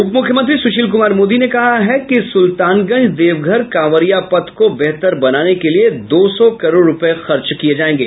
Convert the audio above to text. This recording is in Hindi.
उप मुख्यमंत्री सुशील कुमार मोदी ने कहा है कि सुल्तानगंज देवघर जाने वाले कांवरिया पथ को बेहतर बनाने के लिये दो सौ करोड़ रूपये खर्च किये जायेंगे